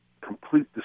complete